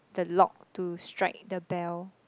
the log to strike the bell